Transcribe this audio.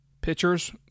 pitchers